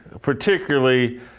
particularly